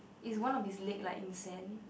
is one of his leg like in sand